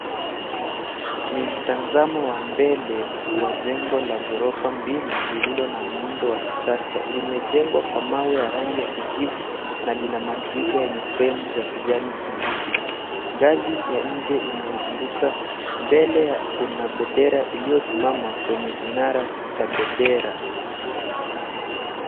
Ni mtazamo wa mbele, wa jengo la ghorofa mbili lililo na muundo wa kisasa. Limejengwa kwa mawe ya rangi ya kijivu na lina madirisha yenye fremu za kijani kibichi. Ngazi ya nje inayozunguka mbele kuna bendera iliyosimama kwenye kinara cha bendera.